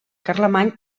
carlemany